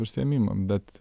užsiėmimą bet